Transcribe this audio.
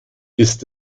ist